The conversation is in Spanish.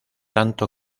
tanto